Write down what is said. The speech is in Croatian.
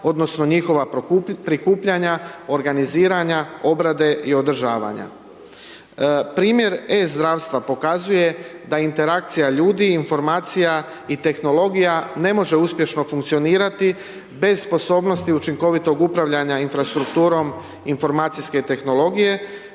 odnosno njihova prikupljanja, organiziranja, obrade i održavanja. Primjer e-zdravstva pokazuje da interakcija ljudi, informacija i tehnologija ne može uspješno funkcionirati bez sposobnosti učinkovitog upravljanja infrastrukturom informacijske tehnologije